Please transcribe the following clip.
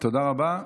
תודה רבה.